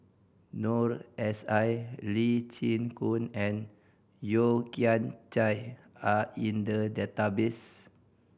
Noor S I Lee Chin Koon and Yeo Kian Chye are in the database